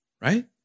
right